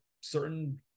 certain